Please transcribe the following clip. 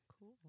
Cool